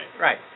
Right